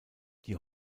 die